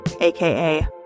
aka